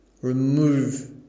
remove